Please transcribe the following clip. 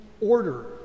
order